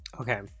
Okay